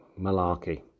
malarkey